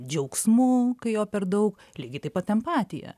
džiaugsmu kai jo per daug lygiai taip pat empatija